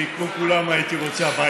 כי כמו כולם הייתי רוצה הביתה.